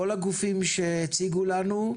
כל הגופים שהציגו לנו,